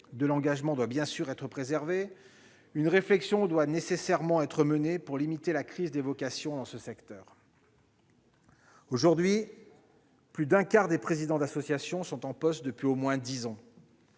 de l'engagement doit bien sûr être préservé, une réflexion doit nécessairement être menée pour limiter la crise des vocations dans ce secteur. Aujourd'hui, plus d'un quart des présidents d'association sont en poste depuis au moins dix ans.